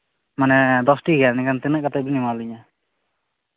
ᱦᱮᱸ ᱫᱚᱥᱴᱤ ᱜᱟᱱ ᱢᱮᱱᱠᱷᱟᱱ ᱛᱤᱱᱟᱹᱜ ᱠᱟᱛᱮᱫ ᱵᱮᱱ ᱮᱢᱟ ᱞᱤᱧᱟ